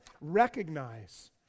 recognize